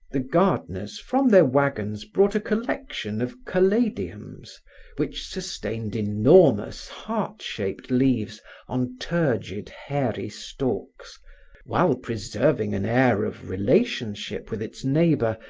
the gardeners from their wagons brought a collection of caladiums which sustained enormous heartshaped leaves on turgid hairy stalks while preserving an air of relationship with its neighbor,